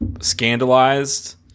scandalized